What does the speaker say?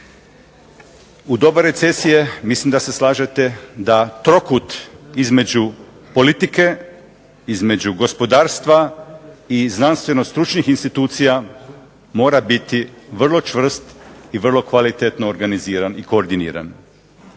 U doba recesije mislim da se slažete da trokut između politike, između gospodarstva i znanstveno-stručnih institucija mora biti vrlo čvrst i vrlo kvalitetno organiziran i koordiniran.